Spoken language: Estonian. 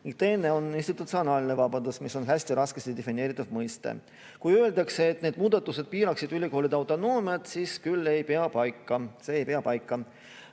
teine on institutsionaalne vabadus, mis on hästi raskesti defineeritav mõiste. Kui öeldakse, et need muudatused piiraksid ülikoolide autonoomiat, siis see küll ei pea paika.